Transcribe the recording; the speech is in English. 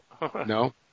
No